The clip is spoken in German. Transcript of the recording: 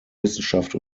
wissenschaft